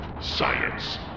science